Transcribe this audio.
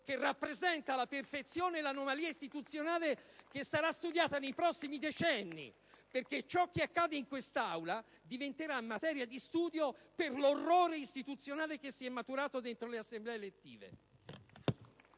che rappresenta la perfezione e l'anomalia istituzionale che sarà studiata nei prossimi decenni, perché ciò che accade in questa Aula diventerà materia di studio per l'orrore istituzionale che è maturato dentro le Assemblee elettive.